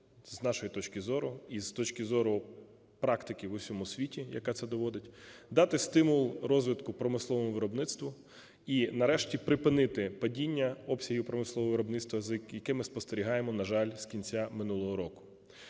з нашої точки зору і з точки зору практики у всьому світі, яка це доводить, дати стимул розвитку промисловому виробництву і нарешті припинити падіння обсягів промислового виробництва, яке ми спостерігаємо, на жаль, з кінця минулого року.